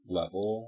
level